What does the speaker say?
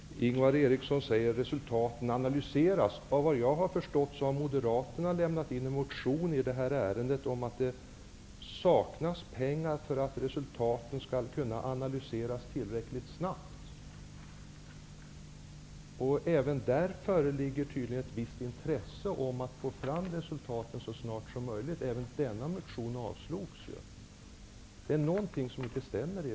Herr talman! Ingvar Eriksson säger att resultatet skall analyseras. Såvitt jag förstår har moderaterna lämnat in en motion i det här ärendet om att det saknas pengar för att resultaten skall kunna analyseras tillräckligt snabbt. Även där föreligger tydligen ett visst intresse att få fram resultaten så snart som möjligt. Även den motionen avslogs. Det är någonting som inte stämmer.